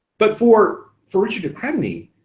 but for for richard de crespigny,